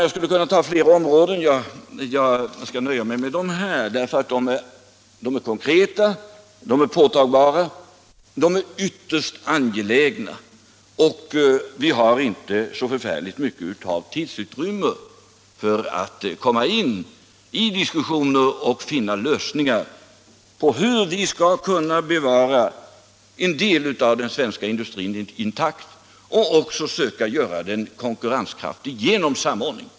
Jag skulle kunna nämna flera exempel, men jag skall nöja mig med dessa. De är nämligen konkreta och påtagliga, och de är ytterst angelägna. Vi har inte heller så lång tid på oss för att diskutera detta och finna lösningar på hur vi skall kunna bevara en del av den svenska industrin intakt och samtidigt försöka göra den konkurrenskraftig genom samordning.